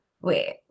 wait